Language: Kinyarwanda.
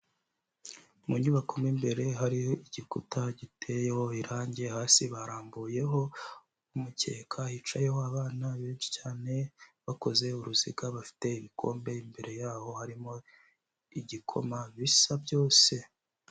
Mu nyubako mo imbere hari igikuta giteyeho irangi hasi barambuyeho umukeka, hicayeho abana benshi cyane bakoze uruziga, bafite ibikombe imbere yabo harimo igikoma bisa byose.